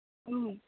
ꯎꯝ